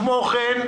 כמו כן,